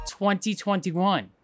2021